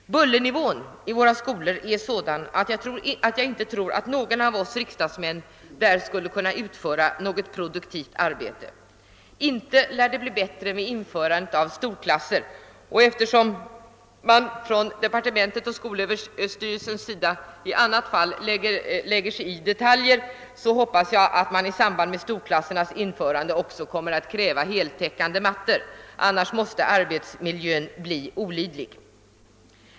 Bullernivån i våra skolor är sådan att troligen ingen av oss riksdagsmän där skulle kunna utföra något produktivt arbete, och inte lär det bli bättre genom införandet av storklasser. Eftersom departementet och skolöverstyrelsen i andra fall lägger sig i detaljer, hoppas jag att man i samband med storklassernas införande också kommer att kräva heltäckande mattor; annars kommer arbetsmiljön att bli olidlig.